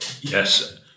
Yes